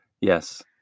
Yes